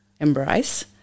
embrace